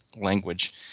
language